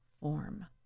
form